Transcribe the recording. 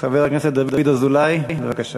חבר הכנסת דוד אזולאי, בבקשה.